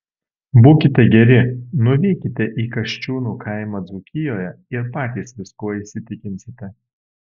būkite geri nuvykite į kasčiūnų kaimą dzūkijoje ir patys viskuo įsitikinsite